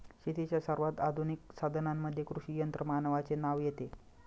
शेतीच्या सर्वात आधुनिक साधनांमध्ये कृषी यंत्रमानवाचे नाव येते